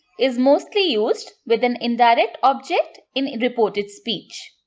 is mostly used with an indirect object in reported speech.